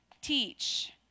teach